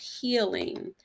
healing